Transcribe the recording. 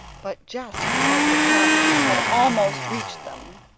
but just as the tongues had almost reached them,